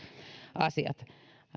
asiat